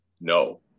No